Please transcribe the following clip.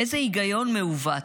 איזה היגיון מעוות.